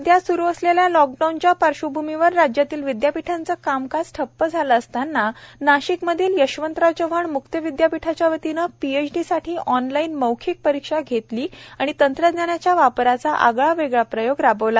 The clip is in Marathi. सध्या स्रू असलेल्या लॉक डाऊनच्या पार्श्वभूमीवर राज्यातील विद्यापीठांचे कामकाज ठप्प झाले असताना नाशिक मधील यशवंतराव चव्हाण म्क्त विद्यापीठाच्या वतीने पीएचडीसाठी आनलाईन मौखिक परीक्षा घेतली आणि तंत्रज्ञानाच्या वापराचा आगळावेगळा प्रयोग राबविला